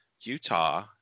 Utah